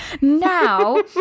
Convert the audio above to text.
Now